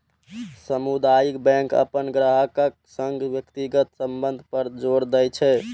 सामुदायिक बैंक अपन ग्राहकक संग व्यक्तिगत संबंध पर जोर दै छै